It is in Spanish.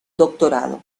doctorado